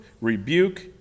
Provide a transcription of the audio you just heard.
rebuke